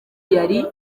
yari